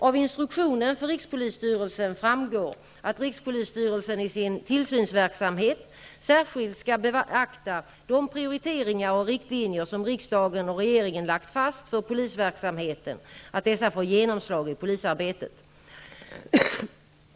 Av instruktionen för rikspolisstyrelsen framgår att rikspolisstyrelsen i sin tillsynsverksamhet särskilt skall beakta att de prioriteringar och riktlinjer som riksdagen och regeringen lagt fast för polisverksamheten får genomslag i polisarbetet.